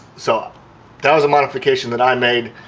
so that was a modification that i made